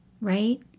Right